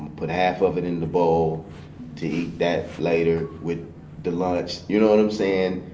put half of it in the bowl to eat that later with the lunch. you know what i'm saying?